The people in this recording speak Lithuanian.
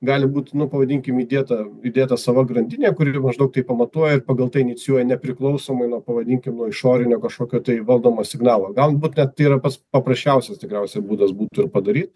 gali būt nu pavadinkim įdėta įdėta sava grandinė kuri maždaug taip pamatuoja ir pagal tai inicijuoja nepriklausomai nuo pavadinkim nuo išorinio kažkokio tai valdomo signalo galbūt net tai yra pats paprasčiausias tikriausia būdas būtų ir padaryt